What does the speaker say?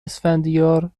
اسفندیار